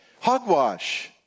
Hogwash